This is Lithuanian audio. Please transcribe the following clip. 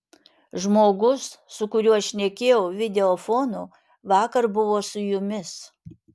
žmogus su kuriuo šnekėjau videofonu vakar buvo su jumis